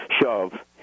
shove